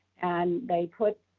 and they put,